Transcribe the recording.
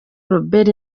robert